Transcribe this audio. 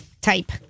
type